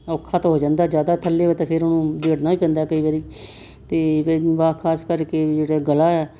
ਔਖਾ ਤਾਂ ਹੋ ਜਾਂਦਾ ਜ਼ਿਆਦਾ ਥੱਲੇ ਹੋਵੇ ਤਾਂ ਫਿਰ ਉਹਨੂੰ ਉਧੇੜਨਾ ਹੀ ਪੈਂਦਾ ਕਈ ਵਾਰੀ ਅਤੇ ਵਾ ਖਾਸ ਕਰਕੇ ਵੀ ਜਿਹੜਾ ਗਲਾ ਹੈ